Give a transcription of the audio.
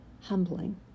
Humbling